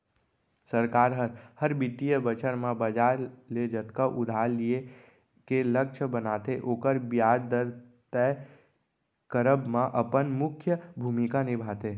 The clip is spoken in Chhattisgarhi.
सरकार हर, हर बित्तीय बछर म बजार ले जतका उधार लिये के लक्छ बनाथे ओकर बियाज दर तय करब म अपन मुख्य भूमिका निभाथे